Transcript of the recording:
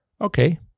okay